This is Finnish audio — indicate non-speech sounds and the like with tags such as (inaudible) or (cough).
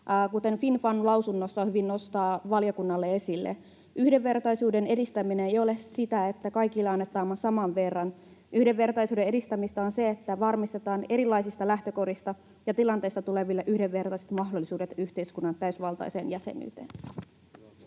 kuten FinFami lausunnossaan valiokunnalle hyvin nostaa esille: ”Yhdenvertaisuuden edistäminen ei ole sitä, että kaikille annetaan saman verran. Yhdenvertaisuuden edistämistä on se, että varmistetaan erilaisista lähtökohdista ja tilanteista tuleville yhdenvertaiset mahdollisuudet (noise) yhteiskunnan täysivaltaiseen jäsenyyteen.”